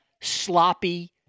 sloppy